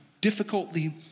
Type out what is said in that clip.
difficultly